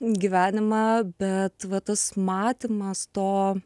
gyvenimą bet va tas matymas to